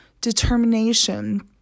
determination